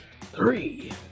Three